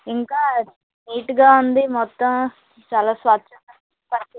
ఇంకా నీట్గా ఉంది మొత్తం చాలా స్వచ్చంగా పాటి